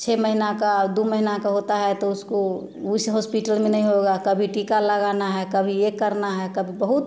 छः महीना का दो महीना का होता है तो उसको उस हॉस्पिटल में नहीं होगा कभी टीका लगाना है कभी ये करना है कभी बहुत